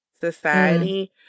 society